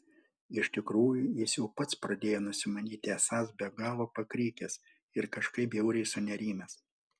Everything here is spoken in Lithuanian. iš tikrųjų jis jau pats pradėjo nusimanyti esąs be galo pakrikęs ir kažkaip bjauriai sunerimęs